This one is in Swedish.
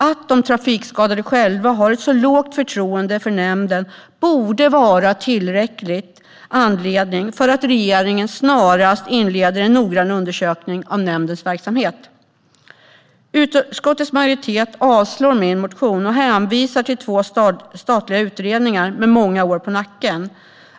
Att de trafikskadade själva har ett så litet förtroende för nämnden borde vara tillräcklig anledning till att regeringen snarast inleder en noggrann undersökning av nämndens verksamhet. Utskottets majoritet avstyrker min motion och hänvisar till två statliga utredningar med många år på nacken.